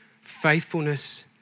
faithfulness